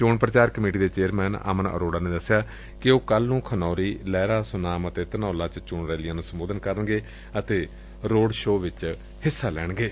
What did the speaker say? ਚੋਣ ਪ੍ਰਚਾਰ ਕਮੇਟੀ ਦੇ ਚੇਅਰਮੈਨ ਅਮਨ ਅਰੋੜਾ ਨੇ ਦਸਿਆ ਕਿ ਉਹ ਕੱਲ੍ ਨੂੰ ਖਨੌਰੀ ਲਹਿਰਾ ਸੁਨਾਮ ਅਤੇ ਧਨੌਲਾ ਵਿਖੇ ਚੋਣ ਰੈਲੀਆ ਨੂੰ ਸੰਬੋਧਨ ਕਰਨਗੇ ਅਤੇ ਰੋਡ ਸ਼ੋਅ ਚ ਹਿੱਸਾ ਲੈਣਗੇ